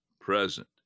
present